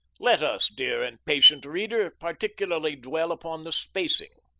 let us, dear and patient reader, particularly dwell upon the spacing.